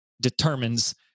determines